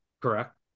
correct